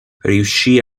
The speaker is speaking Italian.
riuscì